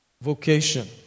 vocation